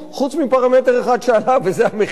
חוץ מפרמטר אחד שעלה וזה המחיר.